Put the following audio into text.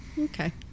Okay